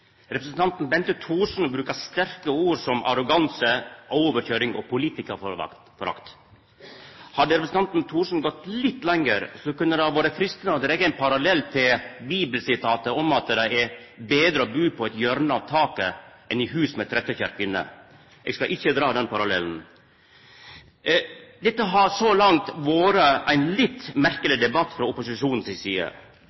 Representanten Bente Thorsen brukte sterke ord, som «arroganse», «overkjøring» og «politikerforakt». Hadde representanten Thorsen gått litt lenger, kunne det ha vore freistande å dra ein parallell til bibelsitatet om at det er betre å bu i eit hjørne på taket enn i hus med trettekjær kvinne. Eg skal ikkje dra den parallellen. Dette har så langt vore ein litt